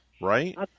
Right